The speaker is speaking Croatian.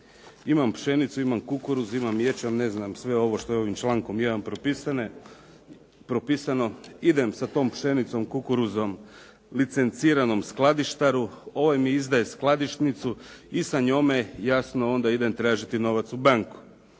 Imam pšenicu, imam kukuruz, imam ječam, sve ovo što je ovim člankom 1. propisano, idem sa tom pšenicom, kukuruzom licenciranom skladištaru. Ovaj mi izdaje skladišnicu i sa njome jasno onda idem tražiti novac u banku.